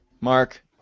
Mark